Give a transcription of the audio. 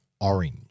orange